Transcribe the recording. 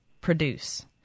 produce